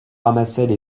ramassaient